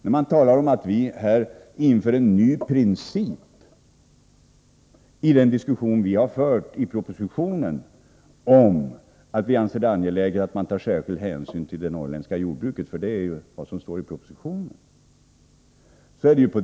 Man har här talat om att vi inför en ny princip genom att vi i propositionen sagt att vi anser det angeläget att man tar särskild hänsyn till det norrländska jordbruket — det är ju vad som står i propositionen.